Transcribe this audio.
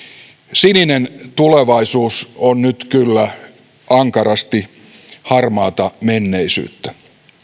sininen tulevaisuus on nyt kyllä ankarasti harmaata menneisyyttä